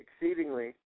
exceedingly